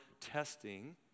testing